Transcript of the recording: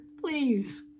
please